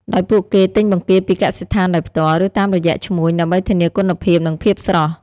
ដោយពួកគេទិញបង្គាពីកសិដ្ឋានដោយផ្ទាល់ ឬតាមរយៈឈ្មួញ ដើម្បីធានាគុណភាព និងភាពស្រស់។